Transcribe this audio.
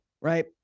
right